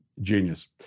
genius